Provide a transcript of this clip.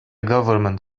government